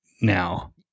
now